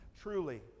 Truly